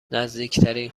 نزدیکترین